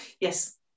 Yes